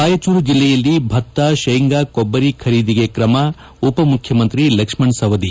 ರಾಯಚೂರು ಜಿಲ್ಲೆಯಲ್ಲಿ ಭತ್ತ ಶೇಂಗಾ ಕೊಬ್ಬರಿ ಖರೀದಿಗೆ ಕ್ರಮ ಉಪಮುಖ್ಖಮಂತ್ರಿ ಲಕ್ಷ್ಮಣ ಸವದಿ